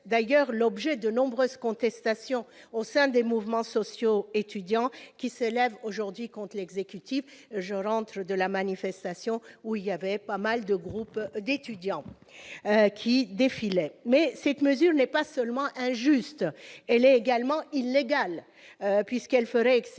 d'ailleurs l'objet de nombreuses contestations au sein des mouvements sociaux estudiantins, qui s'élèvent aujourd'hui contre l'exécutif- je reviens d'une manifestation où un certain nombre de groupes d'étudiants défilaient. Cette mesure n'est pas seulement injuste, elle est également illégale, puisqu'elle ferait exception